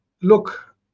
Look